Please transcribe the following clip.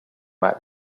might